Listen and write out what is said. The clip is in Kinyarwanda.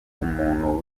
umuntu